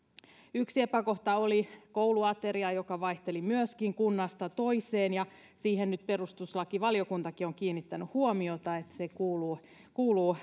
yksi epäkohta oli kouluateria joka vaihteli myöskin kunnasta toiseen ja siihen nyt perustuslakivaliokuntakin on kiinnittänyt huomiota että se kuuluu kuuluu